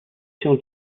się